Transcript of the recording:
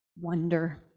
wonder